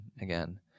again